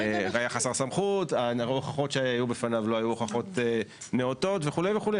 והיה חסר סמכות וההוכחות שהיו בפניו לא היו הוכחות נאותות וכו' וכו',